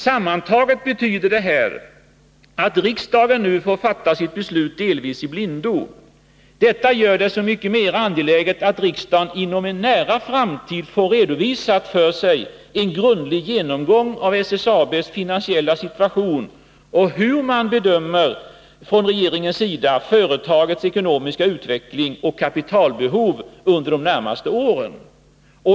Sammantaget betyder det här att riksdagen nu får fatta sitt beslut delvis i blindo. Detta gör det så mycket mera angeläget att riksdagen inom en nära framtid får redovisat för sig en grundlig genomgång av SSAB:s finansiella situation och hur man från regeringens sida bedömer företagets ekonomiska utveckling och kapitalbehov under de närmaste åren.